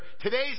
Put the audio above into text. Today's